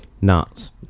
Nuts